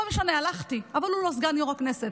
לא משנה, הלכתי, אבל הוא לא סגן יו"ר הכנסת.